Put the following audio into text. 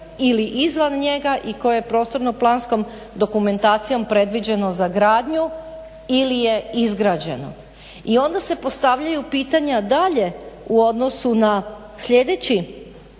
ili izvan njega i koji je prostornom planskom dokumentacijom predviđeno za gradnju ili je izgrađeno. I onda se postavljaju pitanja dalje u odnosu na sljedeći